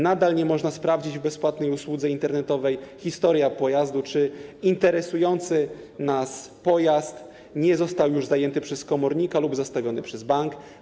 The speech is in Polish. Nadal nie można sprawdzić w bezpłatnej usłudze internetowej Historia Pojazdu, czy interesujący nas pojazd nie został już zajęty przez komornika lub zastawiony przez bank.